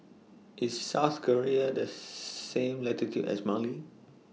IS South Korea Does same latitude as Mali